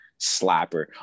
slapper